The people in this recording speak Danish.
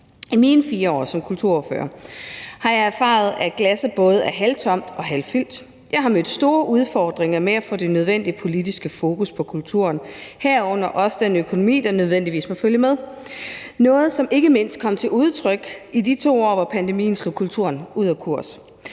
I mine 4 år som kulturordfører har jeg erfaret, at glasset både er halvtomt og halvfyldt. Jeg har mødt store udfordringer med at få det nødvendige politiske fokus på kulturen, herunder også den økonomi, der nødvendigvis må følge med, noget, som ikke mindst kom til udtryk i de 2 år, hvor pandemien slog kulturen ud af kurs.